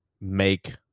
make